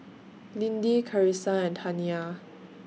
Lindy Carissa and Taniya